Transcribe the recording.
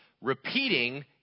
Repeating